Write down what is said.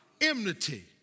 Enmity